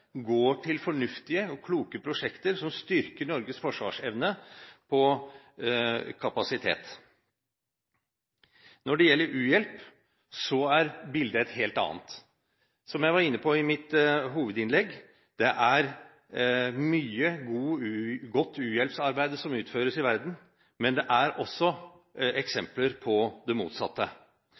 går til fornuftige og kloke prosjekter som styrker Norges forsvarsevne og kapasitet. Når det gjelder u-hjelp, er bildet et helt annet. Som jeg var inne på i mitt hovedinnlegg: Det er mye godt u-hjelpsarbeid som utføres i verden, men det er også eksempler på det motsatte.